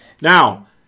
Now